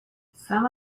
some